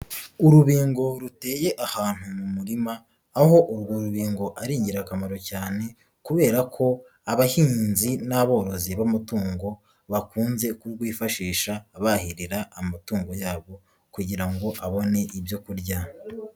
Urubingo ruteye ahantu mu murima, aho urwo rubingo ari ingirakamaro cyane kubera ko abahinzi n'aborozi b'amatungo, bakunze kurwifashisha bahirira amatungo yabo kugira ngo abone ibyo kurya.